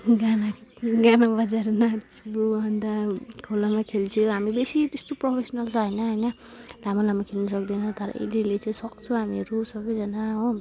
गाना गाना बजाएर नाच्छु अनि त खोलामा खेल्छु हामी बेसी त्यस्तो प्रोफेसनल त होइन हैन लामो लामो खेल्नु सक्दैन तर अलिअलि चाहिँ सक्छु हामीहरू सबैजना हो